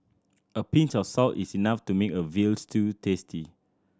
a pinch of salt is enough to make a veal stew tasty